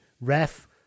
Ref